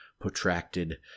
protracted